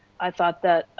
i thought that